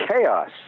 chaos